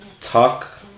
talk